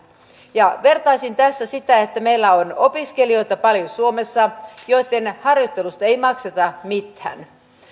vertaisin tässä siihen että meillä on suomessa paljon opiskelijoita joitten harjoittelusta ei makseta mitään